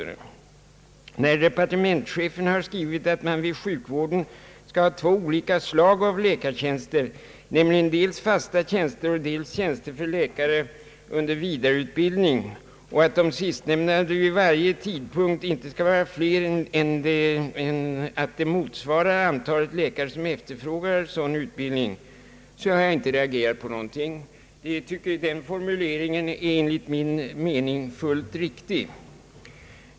När departementschefen skriver att man skall ha två olika slag av läkartjänster i sjukvården, nämligen dels fasta tjänster, dels tjänster för läkare under vidareutbildning, och att den sist nämnda kategorin inte skall utgöras av flera befattningshavare än som vid varje tidpunkt motsvarar det antal läkare som efterfrågar en sådan utbildning, så har jag inte reagerat mot detta. Statsrådets formuleringar är här enligt min uppfattning fullt riktiga.